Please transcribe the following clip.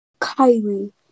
Kylie